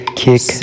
kick